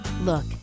Look